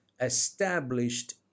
established